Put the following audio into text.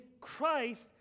christ